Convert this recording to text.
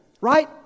Right